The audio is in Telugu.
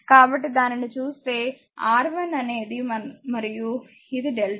కాబట్టి దానిని చూస్తే R1 అనేది మరియు ఇది డెల్టా